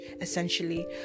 essentially